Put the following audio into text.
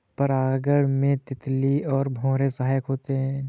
परागण में तितली और भौरे सहायक होते है